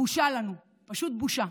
בושה לנו, פשוט בושה.